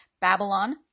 Babylon